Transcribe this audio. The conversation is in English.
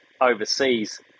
overseas